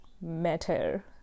matter